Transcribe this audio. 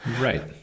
right